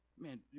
man